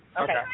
Okay